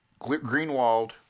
Greenwald